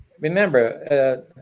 Remember